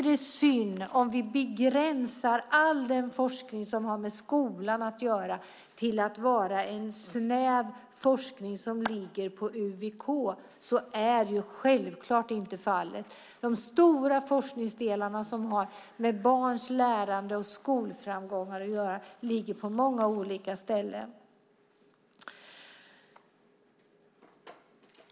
Det är synd om vi begränsar all den forskning som har med skolan att göra till att vara en snäv forskning som ligger på UVK. Så är självklart inte fallet. De stora forskningsdelarna som har med barns lärande och skolframgångar att göra ligger på många olika ställen.